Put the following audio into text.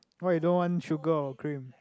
why you don't want sugar or cream